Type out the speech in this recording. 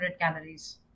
calories